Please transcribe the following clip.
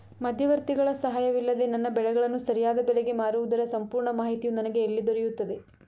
ಮಧ್ಯವರ್ತಿಗಳ ಸಹಾಯವಿಲ್ಲದೆ ನನ್ನ ಬೆಳೆಗಳನ್ನು ಸರಿಯಾದ ಬೆಲೆಗೆ ಮಾರುವುದರ ಸಂಪೂರ್ಣ ಮಾಹಿತಿಯು ನನಗೆ ಎಲ್ಲಿ ದೊರೆಯುತ್ತದೆ?